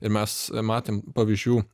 ir mes matėm pavyzdžių